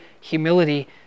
humility